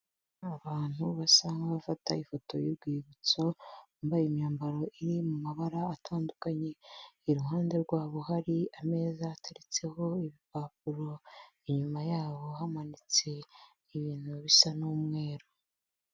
Abantu basa nk'abafata ifoto y'urwibutso bambaye imyambaro iri mu mabara atandukanye. Iruhande rwabo hari ameza ateritseho ibipapuro, inyuma yabo hamanitse ibintu bisa n'umweru.